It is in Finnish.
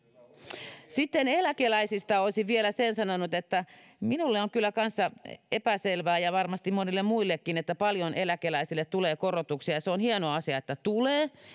sitten eläkeläisistä olisin vielä sen sanonut että minulle on kyllä kanssa epäselvää ja varmasti monille muillekin paljonko eläkeläisille tulee korotuksia se on hieno asia että tulee